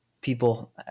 people